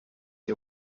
ihr